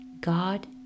God